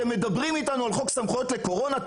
אתם מדברים איתנו על חוק סמכויות לקורונה?